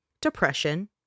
depression